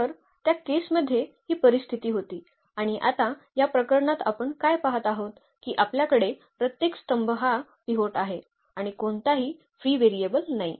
तर त्या केस मध्ये ही परिस्थिती होती आणि आता या प्रकरणात आपण काय पहात आहोत की आपल्याकडे प्रत्येक स्तंभ हा पिव्होट आहे आणि कोणताही फ्री व्हेरिएबल नाही